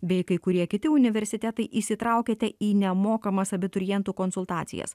bei kai kurie kiti universitetai įsitraukiate į nemokamas abiturientų konsultacijas